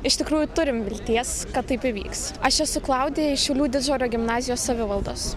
iš tikrųjų turim vilties kad taip įvyks aš esu klaudija iš šiaulių didždvario gimnazijos savivaldos